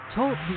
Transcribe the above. Talk